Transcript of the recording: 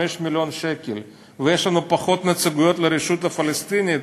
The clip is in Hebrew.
מיליון שקל ויש לנו פחות נציגויות מלרשות הפלסטינית,